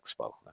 Expo